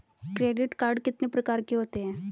Credit card कितने प्रकार के होते हैं?